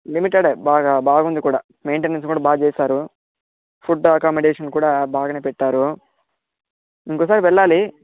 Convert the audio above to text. లిమిటెడే బాగా బాగుంది కూడా మెయింటైనన్స్ కూడా బాగా చేశారు ఫుడ్ అకామిడేషన్ కూడా బాగానే పెట్టారు ఇంకోసారి వెళ్ళాలి